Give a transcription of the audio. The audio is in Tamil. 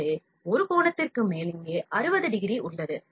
எனவே ஒரு கோணத்திற்கு மேல் இங்கே 60 டிகிரி உள்ளது